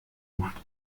luft